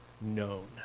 known